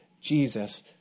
Jesus